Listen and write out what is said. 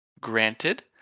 Granted